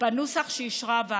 בנוסח שאישרה הוועדה.